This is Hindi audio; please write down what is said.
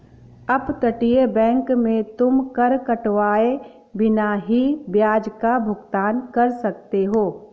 अपतटीय बैंक में तुम कर कटवाए बिना ही ब्याज का भुगतान कर सकते हो